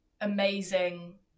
amazing